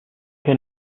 che